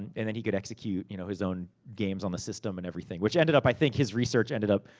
and then he could execute you know his own games on the system, and everything. which ended up, i think, his research ended up,